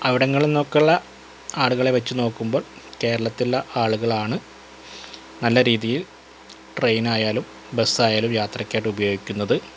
അവിടുങ്ങളിന്നൊക്കെയുള്ള ആളുകളെ വെച്ച് നോക്കുമ്പോൾ കേരളത്തിള്ള ആളുകളാണ് നല്ല രീതിയിൽ ട്രെയിനായാലും ബസായാലും യത്രയ്ക്കായിട്ട് ഉപയോഗിക്കുന്നത്